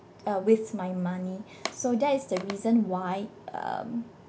uh with my money so that is the reason why um